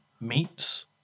meats